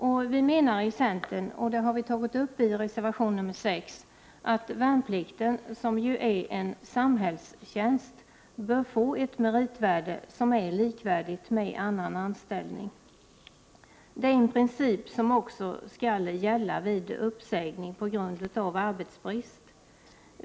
Vi i centern menar, vilket vi har tagit upp i reservation 6, att värnplikten, som ju är en samhällstjänst, bör få ett meritvärde som är likvärdigt med annan anställning. Det är en princip som skall gälla också vid uppsägning på grund av arbetsbrist.